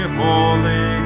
holy